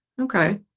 Okay